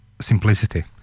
simplicity